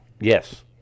Yes